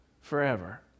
forever